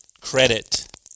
credit